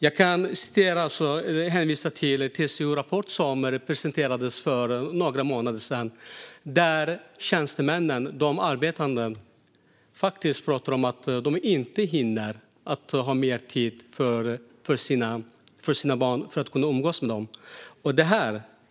Jag kan hänvisa till TCO:s rapport som presenterades för några månader sedan. De arbetande tjänstemännen talar om att de inte hinner ha mer tid för sina barn för att kunna umgås med dem.